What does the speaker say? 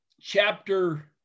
Chapter